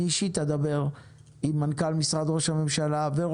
אני אדבר אישית עם מנכ"ל משרד ראש הממשלה ועם